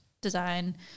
design